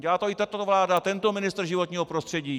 Dělá to i tato vláda, tento ministr životního prostředí.